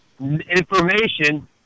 information